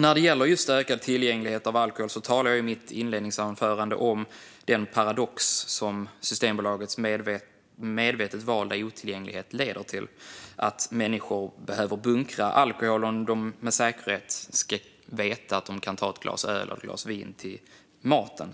När det gäller ökad tillgänglighet på alkohol talade jag i mitt inledningsanförande om den paradox som Systembolagets medvetet valda otillgänglighet leder till: att människor behöver bunkra alkohol om de med säkerhet vill kunna ta ett spontant glas vin eller öl till maten.